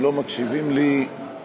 אם לא מקשיבים לי,